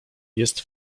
jest